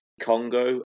Congo